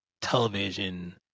television